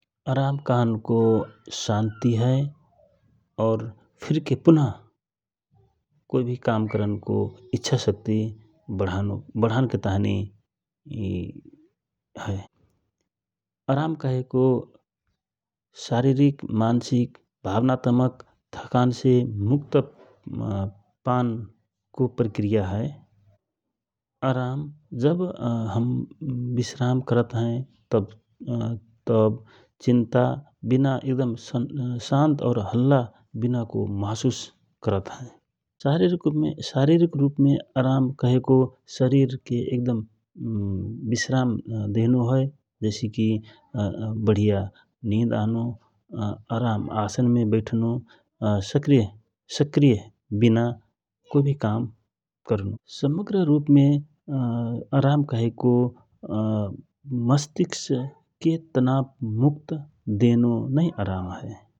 अराम कहनको शान्ति हए । और फिर के पुनः कोइ भि काम करनो इच्छ शक्ति बढानके ताँहि हए । अराम कहेको शारिरिक, मान्सिक, भावनात्मक थकानसे मुक्त पानको प्रक्रिया हए । अराम जब हम विश्राम करत हए तव चिन्ता विना एकदम और हल्ला विनाको महशुस करतहए । शारिरिक रूपमे अराम कहो कि शरिरके एक दम विश्राम देनो हए जैसी कि वढिया निद आनो, अराम आसनमे बैठनोसक्रिय विना काम करन । समग्र रूपमे अराम कहेको मस्तिक्सके तनाब मुक्त देनो नै अराम हए ।